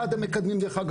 דרך אגב,